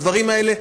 הדברים האלה,